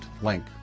link